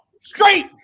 Straight